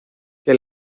que